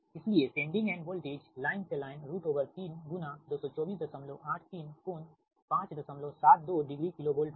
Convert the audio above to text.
इसलिए sending end voltage line से line 3 गुणा 22483 कोण 572 डिग्री किलो वोल्ट होगा